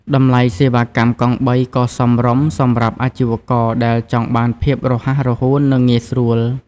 តម្លៃសេវាកម្មកង់បីក៏សមរម្យសម្រាប់អាជីវករដែលចង់បានភាពរហ័សរហួននិងងាយស្រួល។